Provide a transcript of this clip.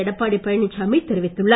எடப்பாடி பழனிச்சாமி தெரிவித்துள்ளார்